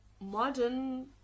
modern